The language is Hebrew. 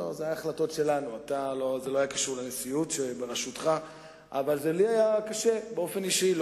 היה קשה גם לנו כאופוזיציה וגם לי באופן אישי.